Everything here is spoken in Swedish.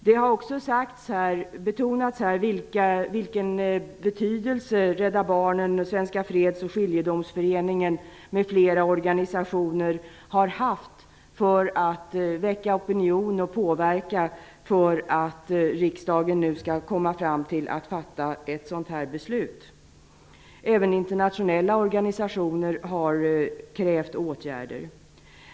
Det har också betonats här vilken betydelse Rädda barnen, Svenska Freds och Skiljedomsföreningen m.fl. organisationer har haft för att väcka opinion och påverka när riksdagen nu skall fatta detta beslut. Även internationella organisationer har krävt åtgärder.